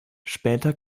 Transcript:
später